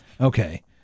Okay